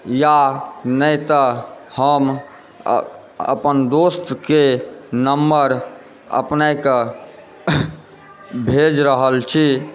या नहि तऽ हम अपन दोस्तक नम्बर अपनेकेँ भेज रहल छी